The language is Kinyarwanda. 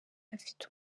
afite